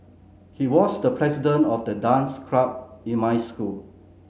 he was the president of the dance club in my school